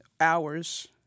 Hours